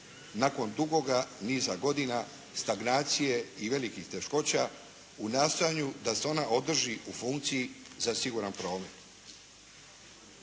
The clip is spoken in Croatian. nakon dugoga niza godina stagnacije i velikih teškoća u nastojanju da se ona održi u funkciji za siguran promet.